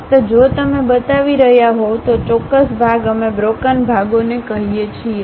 ફક્ત જો તમે બતાવી રહ્યા હોવ તો ચોક્કસ ભાગ અમે બ્રોકન ભાગોને કહીએ છીએ